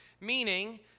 Meaning